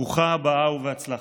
ברוכה הבאה ובהצלחה.